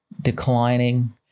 declining